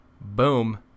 Boom